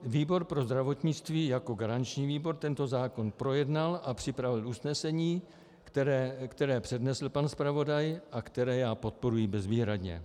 Výbor pro zdravotnictví jako garanční výbor tento zákon projednal a připravil usnesení, které přednesl pan zpravodaj a které já podporuji bezvýhradně.